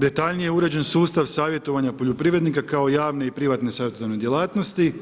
Detaljnije je uređen sustav savjetovanja poljoprivrednika kao javne i privatne savjetodavne djelatnosti,